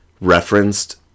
referenced